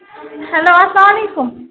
hello السلامُ علیکُم